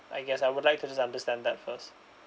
I guess I would like to just understand that first